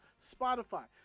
Spotify